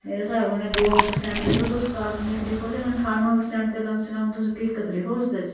मेरे स्हाब कन्नै दो प्रसैंट जेह्का तुस काल्पनिक लिखो लेकिन ठानुऐ प्रसैंट ते कम से कम हकीकत ते लिखो उसदे च